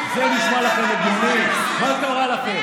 אינו נוכח אלינה ברדץ' יאלוב, אינה נוכחת קרן ברק,